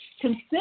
Consider